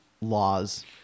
laws